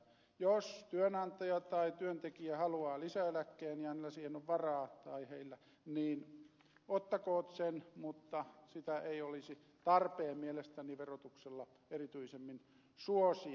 jos työnantaja tai työntekijä haluaa lisäeläkkeen ja heillä siihen on varaa niin ottakoot sen mutta sitä ei olisi tarpeen mielestäni verotuksella erityisemmin suosia